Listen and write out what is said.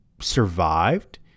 survived